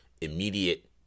immediate